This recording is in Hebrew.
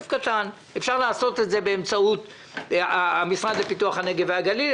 אפשר לעשות את זה באמצעות המשרד לפיתוח הנגב והגליל,